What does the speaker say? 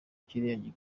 kiriya